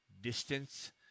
distance